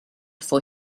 for